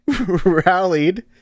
rallied